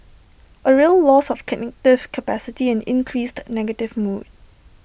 A real loss of cognitive capacity and increased negative mood